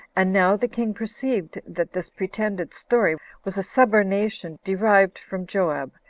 and now the king perceived that this pretended story was a subornation derived from joab,